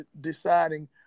deciding